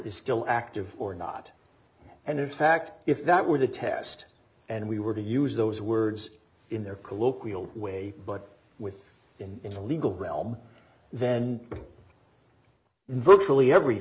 is still active or not and in fact if that were the test and we were to use those words in their colloquial way but with in the legal realm then in virtually every